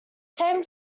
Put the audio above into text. same